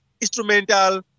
instrumental